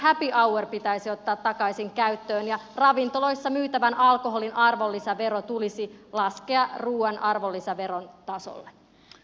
happy hour pitäisi ottaa takaisin käyttöön ja ravintoloissa myytävän alkoholin arvonlisävero tulisi laskea ruuan arvonlisäveron tasolle